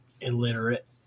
illiterate